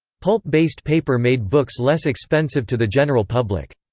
pulp-based paper made books less expensive to the general public.